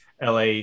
la